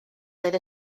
roedd